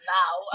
now